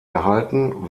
erhalten